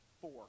Four